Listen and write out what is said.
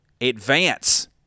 advance –